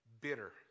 bitter